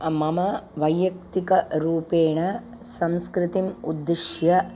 मम वैयक्तिकरूपेण संस्कृतिम् उद्दिश्य